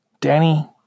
Danny